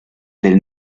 del